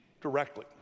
directly